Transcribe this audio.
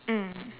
mm